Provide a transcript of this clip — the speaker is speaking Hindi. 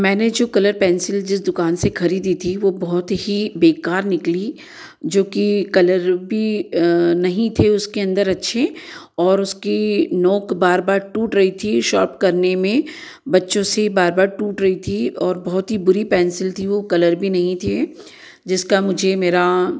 मैंने जो कलर पेन्सिल जिस दुकान से खरीदी थी वह बहुत ही बेकार निकली जो कि कलर भी नहीं थे उसके अन्दर अच्छे और उसकी नोक बार बार टूट रही थी शार्प करने में बच्चों से बार बार टूट रही थी और बहुत ही बुरी पेन्सिल थी वह कलर भी नहीं थे जिसका मुझे मेरा